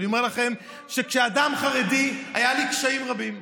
ואני אומר לכם שכאדם חרדי היו לי קשיים רבים,